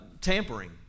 tampering